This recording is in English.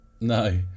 No